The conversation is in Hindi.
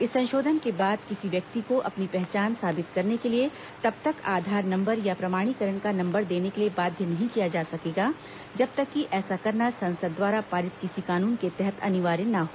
इस संशोधन के बाद किसी व्यक्ति को अपनी पहचान साबित करने के लिए तब तक आधार नम्बर या प्रमाणीकरण का नम्बर देने को लिए बाध्य नहीं किया जा सकेगा जब तक कि ऐसा करना संसद द्वारा पारित किसी कानून के तहत अनिवार्य न हो